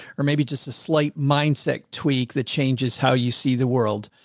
or maybe just a slight mindset tweak that changes how you see the world.